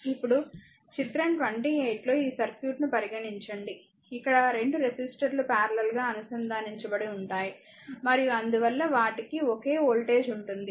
ఇప్పుడు చిత్రం 28 లో ఈ సర్క్యూట్ను పరిగణించండి ఇక్కడ 2 రెసిస్టర్లు పారలెల్ గా అనుసంధానించబడి ఉంటాయి మరియు అందువల్ల వాటికి ఒకే వోల్టేజ్ ఉంటుంది